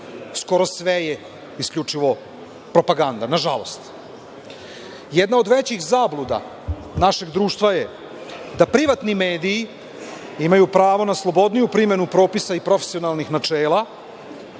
skoro sve je isključivo propaganda, na žalost. Jedna od većih zabluda našeg društva je da privatni mediji imaju pravo na slobodniju primenu propisa i profesionalnih načela,